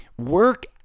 Work